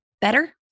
better